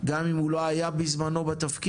גם אם הוא לא היה בזמנו בתפקיד,